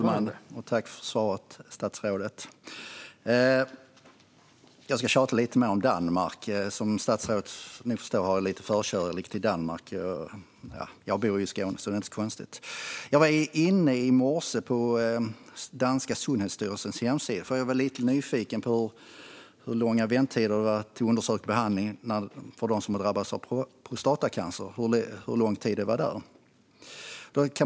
Herr talman! Jag ska tjata lite mer om Danmark. Som statsrådet nog förstår har jag lite förkärlek för Danmark. Eftersom jag bor i Skåne är det inte så konstigt. I morse var jag inne på danska Sundhedsstyrelsens hemsida för att jag var lite nyfiken på hur långa väntetiderna är där till undersökning och behandling för dem som har drabbats av prostatacancer.